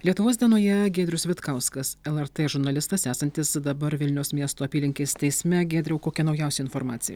lietuvos dienoje giedrius vitkauskas lrt žurnalistas esantis dabar vilniaus miesto apylinkės teisme giedriau kokia naujausia informacija